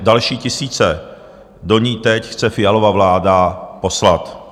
Další tisíce do ní teď chce Fialova vláda poslat.